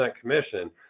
commission